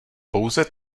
pouze